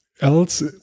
else